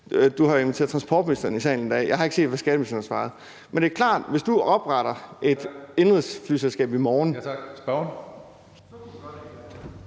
Du har inviteret transportministeren i salen i dag, og jeg har ikke set, hvad skatteministeren har svaret. Men det er klart, at hvis du opretter et indenrigsflyselskab i morgen ...